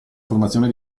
formazione